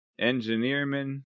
Engineerman